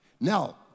Now